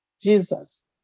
Jesus